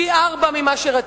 פי-ארבעה ממה שרצית.